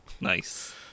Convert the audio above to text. Nice